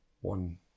one